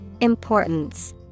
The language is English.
Importance